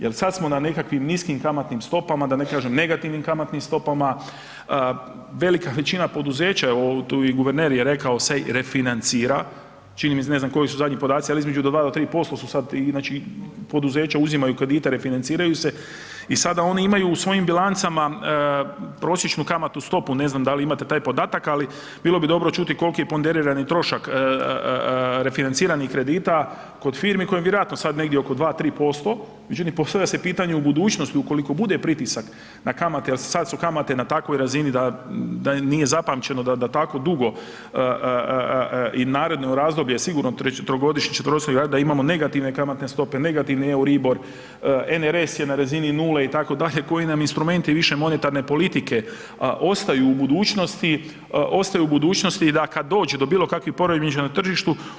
Jel sada smo na nekakvim niskim kamatnim stopama da ne kažem negativnim kamatnim stopama, velika većina poduzeća, tu je i guverner rekao se refinancira, ne znam koji su zadnji podaci, ali između od 2 do 3% su sada ti, znači poduzeća uzimaju kredite refinanciraju se i sada oni imaju u svojim bilancama prosječnu kamatnu stopu, ne znam da li imate taj podatak, ali bilo bi dobro čuti koliki je ponderirani trošak refinanciranih kredita kod firmi kojim je vjerojatno sada negdje oko 2, 3%, međutim postavlja se pitanje u budućnosti ukoliko bude pritisak na kamate jel su sada kamate na takvoj razini da nije zapamćeno da tako bude i naredno razdoblje sigurno trogodišnje … da imamo negativne kamatne stope, negativan EURIBOR, RNS je na razini nule itd., koji nam instrumenti više monetarne politike ostaju u budućnosti da kada dođe do bilo kakvih poremećaja na tržištu.